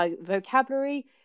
vocabulary